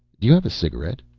do you have a cigarette?